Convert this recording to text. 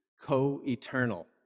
co-eternal